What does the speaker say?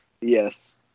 Yes